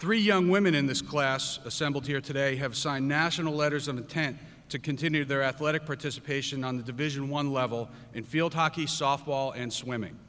three young women in this class assembled here today have signed national letters of intent to continue their athletic participation on the division one level in field hockey softball and swimming